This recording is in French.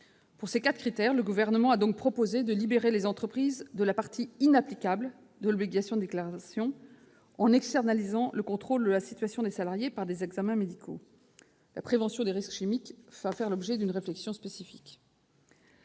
Pour ces quatre critères, le Gouvernement propose de libérer les entreprises de la partie inapplicable de l'obligation de déclaration en externalisant le contrôle de la situation des salariés par des examens médicaux. En outre, la prévention des risques chimiques doit faire l'objet d'une réflexion spécifique.